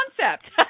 concept